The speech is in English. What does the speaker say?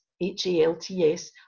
h-a-l-t-s